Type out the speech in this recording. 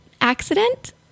accident